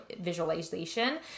visualization